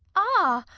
ah!